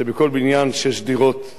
שבכל בניין שש דירות,